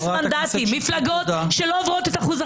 יעיד חבר הכנסת גלעד קריב ששמחה לא ויתר על אף דיון.